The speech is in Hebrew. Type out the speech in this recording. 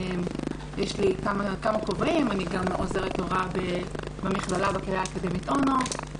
יש לי כמה כובעים: אני גם עוזרת הוראה במכללה בקריה האקדמית אונו,